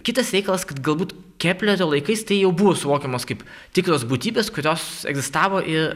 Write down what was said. kitas reikalas kad galbūt keplerio laikais tai jau buvo suvokiamos kaip tikros būtybės kurios egzistavo ir